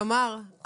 תמר,